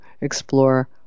explore